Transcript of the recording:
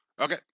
Okay